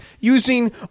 using